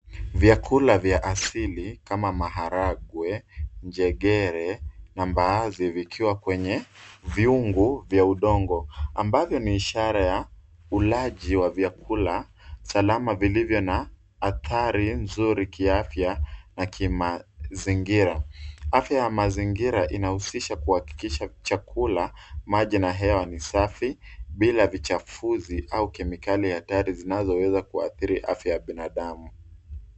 Vyakula vya asili kama maharagwe, njegere na mbaazi vikiwa kwenye vyungu vya udongo ambavyo ni ishara ya ulaji wa vyakula salama vilivyo na athari nzuri kiafya na kimazingira. Afya ya mazingira inahusisha kuakikisha chakula maji na hewa ni safi bila vichafuzi au kemikali hatarishi ambazo huja kuathiri afya ya binadamu.